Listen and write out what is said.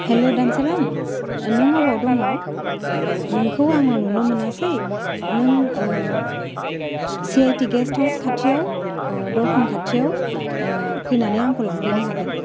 hello दानसोरां नों अबाव दङ नोंखौ आं नुनो मोनासै नों C I T guest house खाथियाव दरखं खाथियाव फैनानै आंखौ लांफैनो हागोन